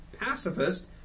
pacifist